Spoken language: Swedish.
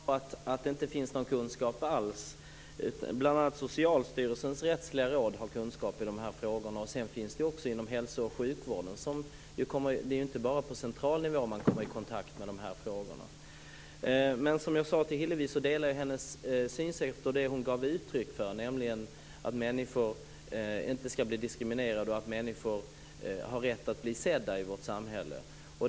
Fru talman! Nu är det inte så att det inte finns någon kunskap alls. Bl.a. har Socialstyrelsens rättsliga råd kunskap i de här frågorna. Sedan finns det också kunskap inom hälso och sjukvården. Det är inte bara på central nivå som man kommer i kontakt med de här frågorna. Som jag sade till Hillevi delar jag hennes synsätt och det hon gav uttryck för, nämligen att människor inte ska bli diskriminerade och att människor har rätt att bli sedda i vårt samhälle.